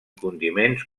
condiments